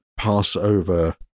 Passover